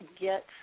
get